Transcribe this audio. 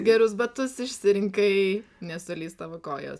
gerus batus išsirinkai nesulys tavo kojos